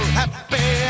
happy